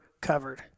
covered